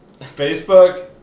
Facebook